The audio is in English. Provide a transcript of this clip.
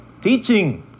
teaching